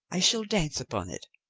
i shall dance upon it.